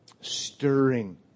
stirring